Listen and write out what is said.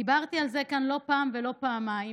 דיברתי על זה כאן לא פעם ולא פעמיים.